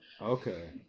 Okay